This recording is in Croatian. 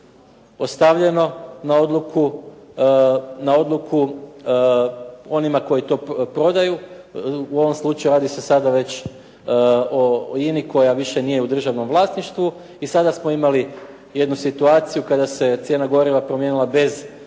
ostavljeno na odluku onima koji to prodaju. U ovom slučaju radi se sada već o INA-i koja više nije u državnom vlasništvu i sada smo imali jednu situaciju kada se cijena goriva promijenila bez,